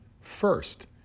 First